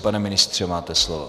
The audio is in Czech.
Pane ministře, máte slovo.